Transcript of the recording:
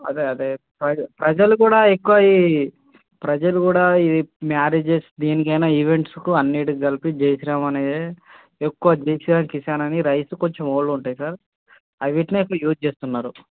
అదే అదే ప్రజ ప్రజలు కూడా ఎక్కువ ఈ ప్రజలు కూడా ఇవి మ్యారేజస్ దేనికి అయిన ఈవెంట్స్కు అన్నింటికి కలిపి జై శ్రీ రామ్ అనేది ఎక్కువ జై శ్రీ రామ్ కిసాన్ అనే రైస్ కొంచెం ఓల్డ్ ఉంటాయి సార్ వాటిని ఎక్కువ యూజ్ చేస్తున్నారు